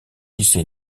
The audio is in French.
lycée